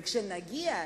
כשנגיע,